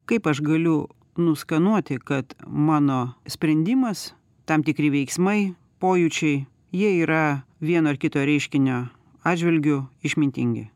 kaip aš galiu nuskenuoti kad mano sprendimas tam tikri veiksmai pojūčiai jie yra vieno ar kito reiškinio atžvilgiu išmintingi